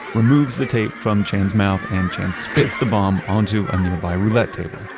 removes the tape from chan's mouth, and chan spits the bomb onto a nearby roulette table,